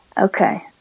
Okay